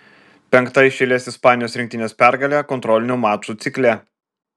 penkta iš eilės ispanijos rinktinės pergalė kontrolinių mačų cikle